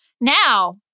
Now